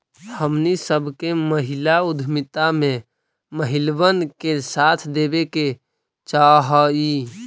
हमनी सब के महिला उद्यमिता में महिलबन के साथ देबे के चाहई